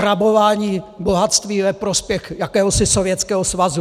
Rabování bohatství ve prospěch jakéhosi Sovětského svazu!